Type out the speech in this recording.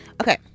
Okay